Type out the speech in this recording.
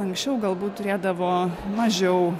anksčiau galbūt turėdavo mažiau